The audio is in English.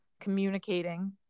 communicating